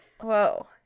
Whoa